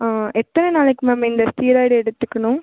ஆ எத்தனை நாளைக்கு மேம் இந்த ஸ்டீராய்டு எடுத்துக்கணும்